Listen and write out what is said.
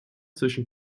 zwischen